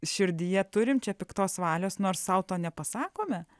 širdyje turim čia piktos valios nors sau to nepasakome